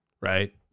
right